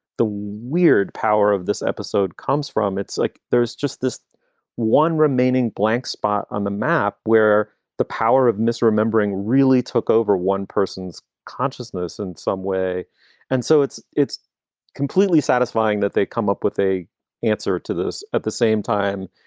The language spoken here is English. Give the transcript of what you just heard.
the weird power of this episode comes from. it's like there's just this one remaining blank spot on the map where the power of misremembering really took over one person's consciousness in some way and so it's it's completely satisfying that they come up with a answer to this at the same time.